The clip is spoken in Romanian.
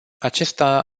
acesta